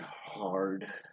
hard